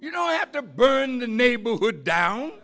you know i have to burn the neighborhood down